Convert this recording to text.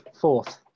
fourth